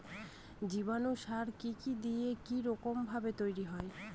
জীবাণু সার কি কি দিয়ে কি রকম ভাবে তৈরি হয়?